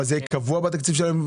אבל זה יהיה בתקציב של המשטרה?